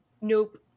Nope